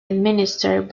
administered